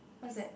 what's that